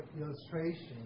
illustration